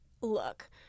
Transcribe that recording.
look